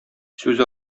сүз